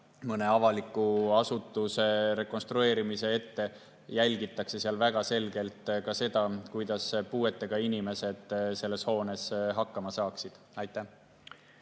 mõne avaliku asutuse rekonstrueerimise ette, siis jälgitakse seal väga selgelt ka seda, kuidas puuetega inimesed selles hoones hakkama saaksid. Ma